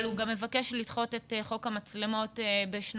אבל הוא גם מבקש לדחות את חוק המצלמות בשנתיים.